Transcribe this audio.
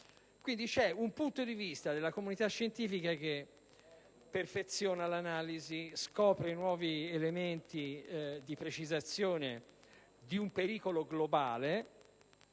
Quindi, c'è un punto di vista della comunità scientifica che perfeziona l'analisi e scopre nuovi elementi di precisazione di un pericolo globale: